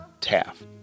Taff